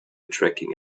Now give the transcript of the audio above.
tracking